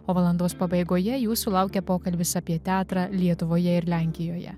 o valandos pabaigoje jūsų laukia pokalbis apie teatrą lietuvoje ir lenkijoje